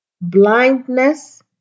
Blindness